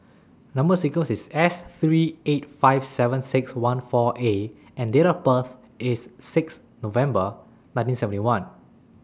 Number sequence IS S three eight five seven six one four A and Date of birth IS six November nineteen seventy one